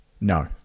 No